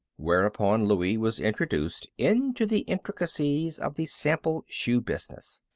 whereupon louie was introduced into the intricacies of the sample shoe business.